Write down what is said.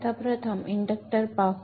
आता प्रथम इंडक्टर पाहू